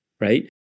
right